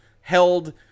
held